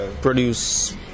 Produce